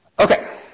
Okay